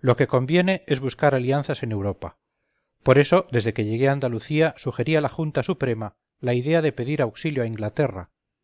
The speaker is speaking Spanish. lo que conviene es buscar alianzas en europa por eso desde que llegué a andalucía sugerí a la junta suprema la idea de pedir auxilio a inglaterra